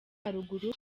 haruguru